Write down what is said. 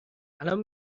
الان